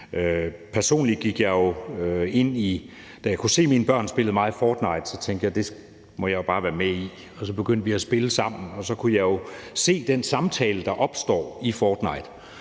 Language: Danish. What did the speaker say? også ting, vi selv må løse. Da jeg kunne se, at mine børn spillede meget »Fortnite«, tænkte jeg, at det må jeg jo bare være med i, og så begyndte vi at spille sammen, og så kunne jeg se den samtale, der opstår i »Fortnite«.